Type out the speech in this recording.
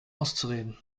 auszureden